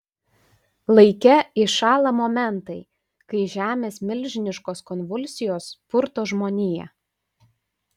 laike įšąla momentai kai žemės milžiniškos konvulsijos purto žmoniją